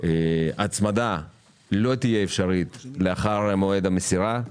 הצמדה לא תהיה אפשרית לאחר מועד המסירה,